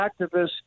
activists